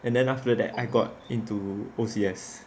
and then after that I got into O_C_S